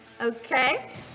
Okay